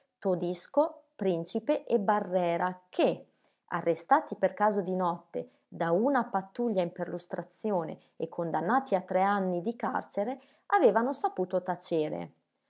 socii todisco principe e barrera che arrestati per caso di notte da una pattuglia in perlustrazione e condannati a tre anni di carcere avevano saputo tacere